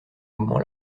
moment